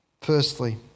firstly